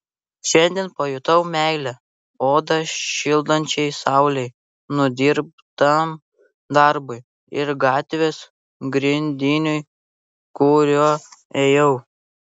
šiandien pajutau meilę odą šildančiai saulei nudirbtam darbui ir gatvės grindiniui kuriuo ėjau